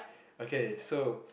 okay so